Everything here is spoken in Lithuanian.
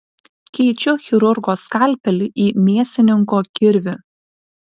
keičiu chirurgo skalpelį į mėsininko kirvį